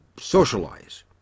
socialize